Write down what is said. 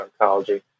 oncology